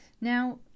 Now